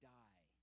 die